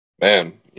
Man